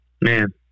Man